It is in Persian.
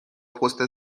پست